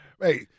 Hey